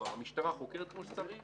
המשטרה חוקרת כמו שצריך